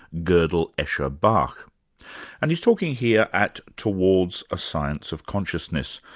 godel, escher, bach and he's talking here at towards a science of consciousness,